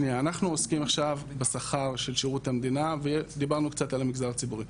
אנחנו עוסקים עכשיו בשכר של שירות המדינה ודיברנו קצת על המגזר הציבורי.